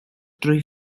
drwy